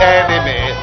enemy